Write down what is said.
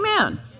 Amen